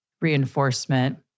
reinforcement